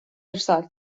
ارسال